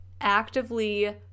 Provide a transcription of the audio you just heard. actively